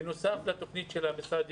בנוסף לתוכנית של המשרד,